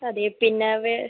അതെ പിന്നെ വെ